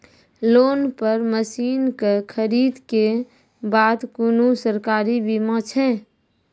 Loan पर मसीनऽक खरीद के बाद कुनू सरकारी बीमा छै?